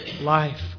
life